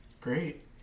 great